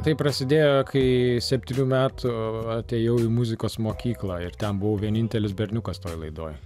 tai prasidėjo kai septynių metų atėjau į muzikos mokyklą ir ten buvau vienintelis berniukas toj laidoj